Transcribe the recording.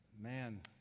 Man